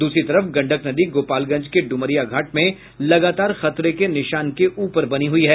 दूसरी तरफ गंडक नदी गोपालगंज के ड्मरिया घाट में लगातार खतरे के निशान के ऊपर बनी हुयी है